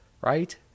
right